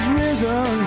risen